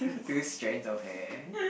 two strands of hair